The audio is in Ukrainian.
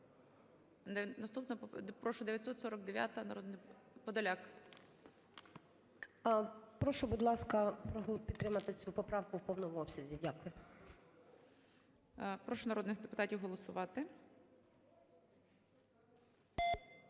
Прошу, будь ласка, підтримати цю поправку в повному обсязі. Дякую. ГОЛОВУЮЧИЙ. Прошу народних депутатів голосувати.